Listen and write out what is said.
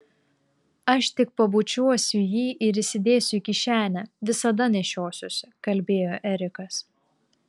aš tik pabučiuosiu jį ir įsidėsiu į kišenę visada nešiosiuosi kalbėjo erikas